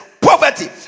poverty